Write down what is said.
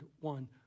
one